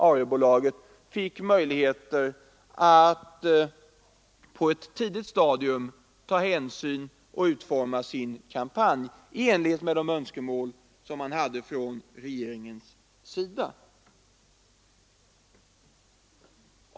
ARE-bolagen fick möjligheter att på ett tidigt stadium utforma en kampanj i enlighet med de önskemål som man hade på regeringssidan.